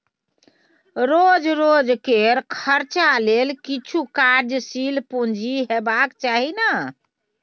रोज रोजकेर खर्चा लेल किछु कार्यशील पूंजी हेबाक चाही ने